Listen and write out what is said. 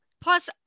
Plus